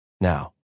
now